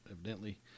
evidently